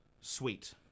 sweet